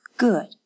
Good